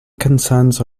concerns